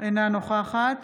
אינה נוכחת